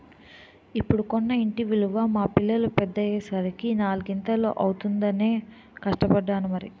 ఇప్పుడు కొన్న ఇంటి విలువ మా పిల్లలు పెద్దయ్యే సరికి నాలిగింతలు అవుతుందనే కష్టపడ్డాను మరి